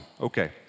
Okay